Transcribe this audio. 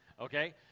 Okay